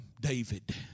David